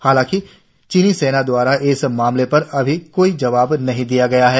हालांकि चीनी सेना दवारा इस मामले पर अभी कोई जवाब नहीं दिया गया है